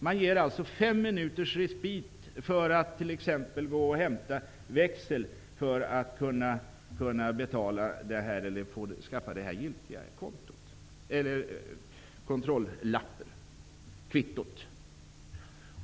Man ger alltså 5 minuters respit, t.ex. för att bilföraren skall kunna gå och hämta växel till ett giltigt parkeringskvitto.